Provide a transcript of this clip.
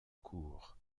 cours